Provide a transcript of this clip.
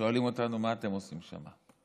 שואלים אותנו: מה אתם עושים שם?